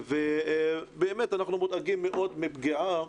אנחנו באמת מודאגים מאוד מפגיעה,